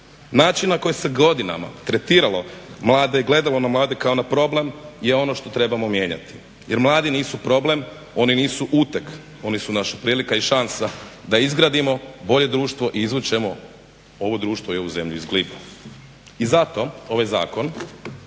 način na koji se godinama tretiralo mlade i gledalo na mlade kao na problem je ono što trebamo mijenjati jer mladi nisu problem, oni nisu uteg oni su naša prilika i šansa da izgradimo bolje društvo i izvučemo ovo društvo i ovu zemlju iz gliba. I zato ovaj zakon,